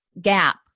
gap